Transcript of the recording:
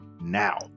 now